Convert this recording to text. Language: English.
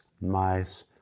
mice